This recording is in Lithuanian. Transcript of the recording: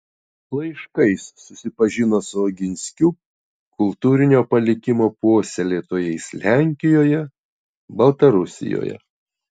laiškais susipažino su oginskių kultūrinio palikimo puoselėtojais lenkijoje baltarusijoje